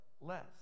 less